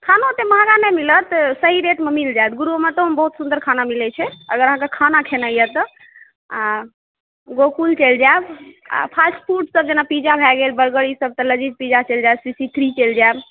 खानो ओतऽ महङ्गा नहि मिलत सही रेटमे मिल जायत गुरुमतोमे बहुत सुन्दर खाना मिलैत छै अगर अहाँकेँ खाना खेनाइ यऽ तऽ आ गोकुल चलि जायब आ फास्ट फूड सभ जेना पिज्जा भए गेल बर्गर ई सभ तऽ लजीज पिज्जा चलि जायब सी थ्री चलि जायब